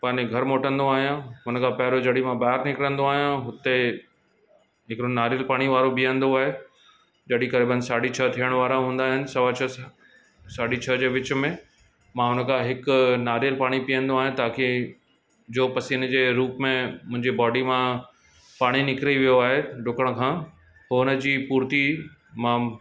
पंहिंजे घर मोटंदो आहियां हुन खां पहिरों जडहिं मां ॿाहिरि निकिरंदो आहियां हुते हिकिड़ो नारेल पाणी वारो ॿीहंदो आहे जडहिं करीबन साढ़ी छह थियण वारा हूंदा आहिनि सवा छह सां साढ़ी छह जे विच में मां उनखां हिकु नारेल पाणी पीअंदो आहियां ताकी जो पसीने जे रूप में मुंजी बॉडी मां पाणी निकिरी वियो आहे ॾुकण खां पोइ हुनजी पूर्ति मां